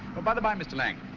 oh, by the by, mr. lang,